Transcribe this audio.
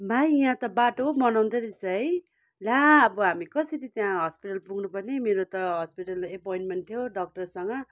भाइ यहाँ त बाटो बनाउँदै रहेछ है ला अब हामी कसरी त्यहाँ हस्पिटल पुग्नु पर्ने मेरो त हस्पिटल एपोइनममेन्ट थियो डाक्टरसँग